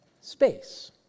Space